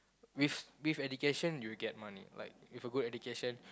with with education you will get money like with a good education